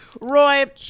roy